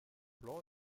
blanc